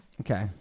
Okay